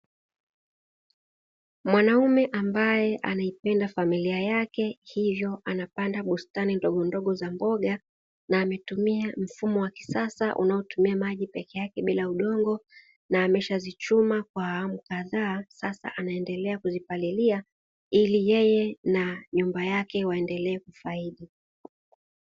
Mwanaume ambaye anaipenda familia yake hivyo anapanda bustani ndogondogo za mboga, na ametumia mfumo wa kisasa unaotumia maji peke yake bila udongo na ameshazichuma kwa ukadhaa, sasa anaendelea kuzipalilia ili yeye na nyumba yake waendelee kufaidi.